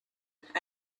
and